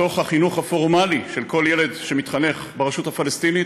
בתוך החינוך הפורמלי של כל ילד שמתחנך ברשות הפלסטינית.